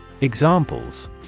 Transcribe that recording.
Examples